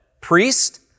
priest